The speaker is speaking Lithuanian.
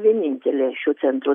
vienintelė šio centro